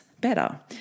better